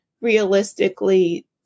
realistically